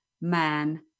man